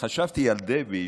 חשבתי על דבי,